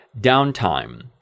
downtime